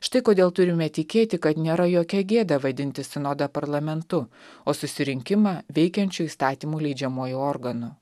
štai kodėl turime tikėti kad nėra jokia gėda vadinti sinodą parlamentu o susirinkimą veikiančiu įstatymų leidžiamuoju organu